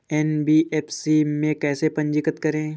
NBFC में कैसे पंजीकृत करें?